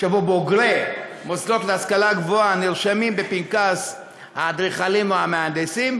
שבו בוגרי מוסדות להשכלה גבוהה נרשמים בפנקס האדריכלים או המהנדסים.